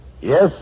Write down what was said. Yes